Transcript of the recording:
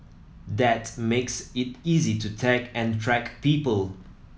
that makes it easy to tag and track people